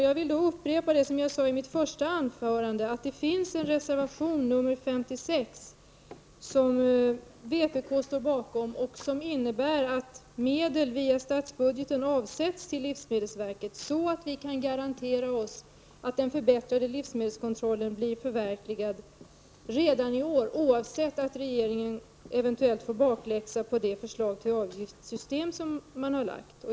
Jag vill då upprepa det som jag sade i mitt första anförande, nämligen att reservation 56, som vpk står bakom, innebär att medel via stadsbudgeten avsätts till livsmedelsverket. På så sätt kan vi garantera oss att den förbättrade livsmedelskontrollen blir förverkligad redan i år, oavsett om regeringen eventuellt får bakläxa på det förslag till avgiftssystem som har lagts.